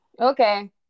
okay